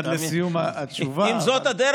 אם זאת הדרך,